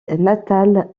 natale